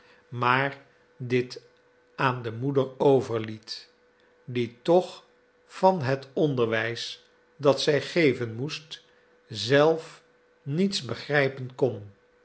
maar dit aan de moeder overliet die toch van het onderwijs dat zij geven moest zelf niets begrijpen